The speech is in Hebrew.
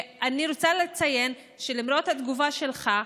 אני רוצה לציין, למרות התגובה שלך,